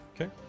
Okay